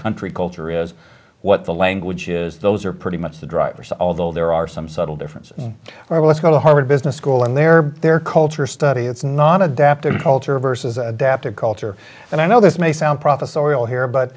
country culture is what the language is those are pretty much the drivers although there are some subtle differences when i was going to harvard business school and their their culture study it's not adapt their culture versus adapt a culture and i know this may sound prophecy oriel here but